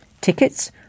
Tickets